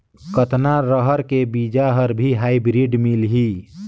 कतना रहर के बीजा हर भी हाईब्रिड मिलही?